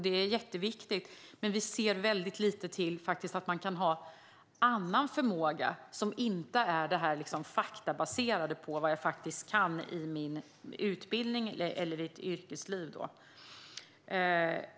Det är jätteviktigt, men vi ser väldigt lite till att man kan ha andra förmågor som inte är baserade på fakta och vad man faktiskt kan i sin utbildning eller sitt yrkesliv.